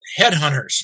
headhunters